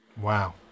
wow